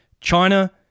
China